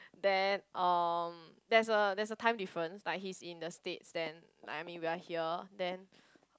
then um there's a there's time difference like he's in the States then like I mean we are here then